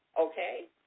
Okay